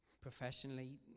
professionally